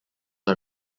are